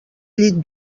llit